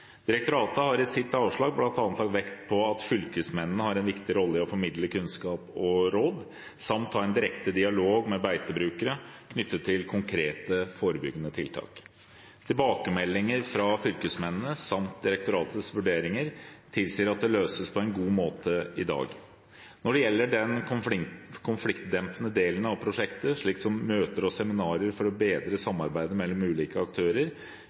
Direktoratet har i sitt avslag bl.a. lagt vekt på at fylkesmennene har en viktig rolle i å formidle kunnskap og råd samt ha en direkte dialog med beitebrukere knyttet til konkrete forebyggende tiltak. Tilbakemeldinger fra fylkesmennene samt direktoratets vurderinger tilsier at dette løses på en god måte i dag. Når det gjelder den konfliktdempende delen av prosjektet, slik som møter og seminarer for å bedre samarbeidet mellom ulike aktører,